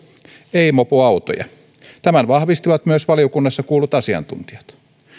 ei mopoautoja tämän vahvistivat myös valiokunnassa kuullut asiantuntijat